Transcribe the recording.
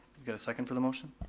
get a second for the motion?